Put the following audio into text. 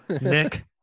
Nick